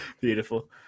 Beautiful